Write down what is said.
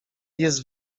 jest